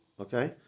okay